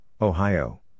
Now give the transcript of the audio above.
Ohio